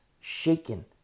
Shaken